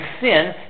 sin